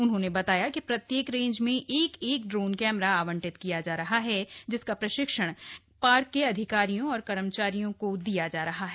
उन्होंने बताया कि प्रत्येक रैंज में एक एक ड्रोन कैमरा आवंटित किया जा रहा है जिसका प्रशिक्षण पार्क के अधिकारियों और कर्मचारियों को दिया जा रहा है